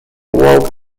world